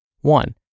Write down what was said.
One